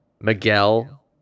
Miguel